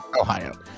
Ohio